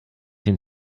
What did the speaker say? den